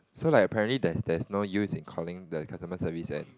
so like apparently there's there's no use in calling the customer service and